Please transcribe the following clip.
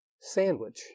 sandwich